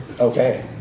Okay